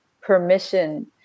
permission